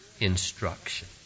instruction